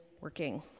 working